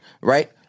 Right